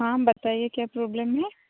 हाँ बताइए क्या प्रॉब्लम है